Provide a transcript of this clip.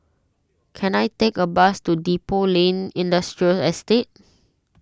can I take a bus to Depot Lane Industrial Estate